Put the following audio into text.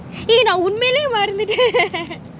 ஏய் நா உன்மேலயே மறந்துட்டேன்:eai na unmelaye maranthutean